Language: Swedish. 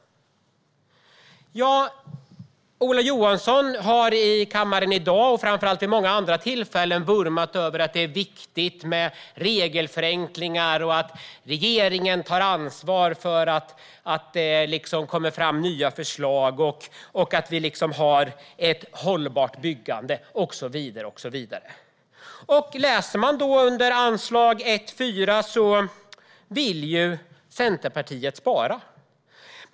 Ola Johansson har i kammaren i dag och framför allt vid många andra tillfällen vurmat för att det är viktigt med regelförenklingar, att regeringen tar ansvar för att det kommer fram nya förslag, ett hållbart byggande och så vidare. Under anslag 1:4 vill Centerpartiet spara.